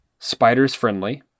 spidersfriendly